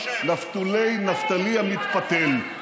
פתלתל, נפתולי נפתלי המתפתל.